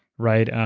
right?